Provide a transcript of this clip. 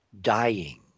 dying